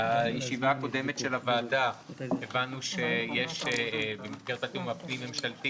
בישיבה הקודמת של הוועדה הבנו במסגרת התיאום הפנים-ממשלתי